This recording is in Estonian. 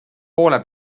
poole